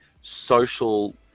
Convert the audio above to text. social